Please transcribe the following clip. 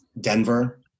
Denver